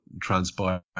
transpire